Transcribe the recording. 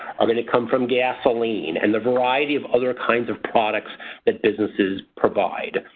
are going to come from gasoline and the variety of other kinds of products that businesses provide.